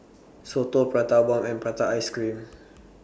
Soto Prata Bomb and Prata Ice Cream